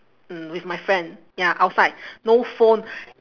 mm with my friend ya outside no phone